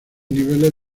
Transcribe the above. niveles